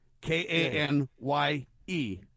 K-A-N-Y-E